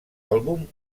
àlbum